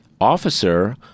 officer